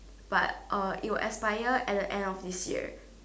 but uh you will expire at the end of this year